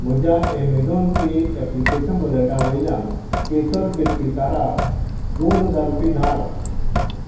म्हज्या Amazon pay ऍप्लिक् वॉलेटा वयल्यान केसर बेतकीकाराक दोन हजार रुपये धाड